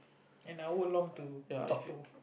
an hour long to talk to